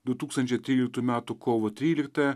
du tūkstančiai tryliktų metų kovo tryliktąją